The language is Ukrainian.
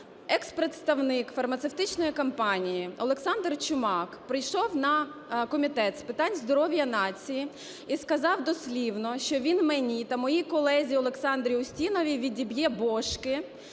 екс-представник фармацевтичної компанії Олександр Чумак прийшов на Комітет з питань здоров'я нації і сказав дослівно, що він мені та моїй колезі Олександрі Устіновій відіб'є бошки